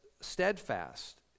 steadfast